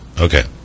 okay